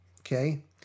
okay